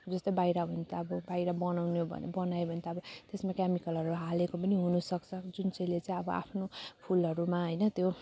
जस्तै बाहिर हो भने त अब बाहिर बनाउने हो भने बनायौ भने त अब त्यसमा केमिकलहरू हालेको पनि हुनसक्छ जुन चाहिँले चाहिँ अब आफ्नो फुलहरूमा होइन त्यो